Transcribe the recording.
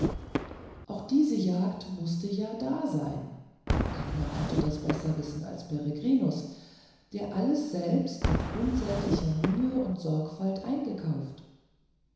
auch diese jagd mußte ja da sein keiner konnte das besser wissen als peregrinus der alles selbst mit unsäglicher mühe und sorgfalt eingekauft